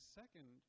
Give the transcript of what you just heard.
second